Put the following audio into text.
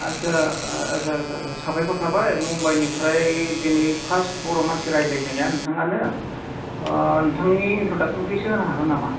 आच्चा आच्चा साबायखर थाबाय मुम्बाइनिफ्राय दिनै फार्स्ट बर' मानसि रायज्लायनाया नोंथाङानो नोंथांनि इनट्र'दाक्सनखौ इसे होनो हागोन नामा